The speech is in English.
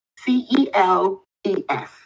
C-E-L-E-S